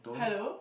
hello